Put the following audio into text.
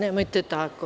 Nemojte tako.